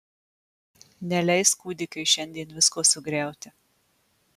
neleis kūdikiui šiandien visko sugriauti